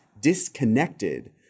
disconnected